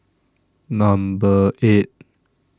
Number eight